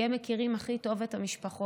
כי הם מכירים הכי טוב את המשפחות,